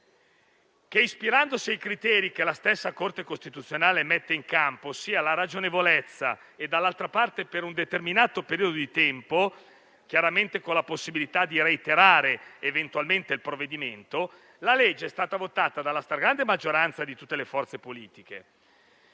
che si ispirasse ai criteri messi in campo dalla Corte costituzionale, ossia la ragionevolezza e, dall'altra parte, il riferimento a un determinato periodo di tempo, chiaramente con la possibilità di reiterare eventualmente il provvedimento. Così la legge è stata votata dalla stragrande maggioranza di tutte le forze politiche